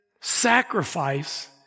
sacrifice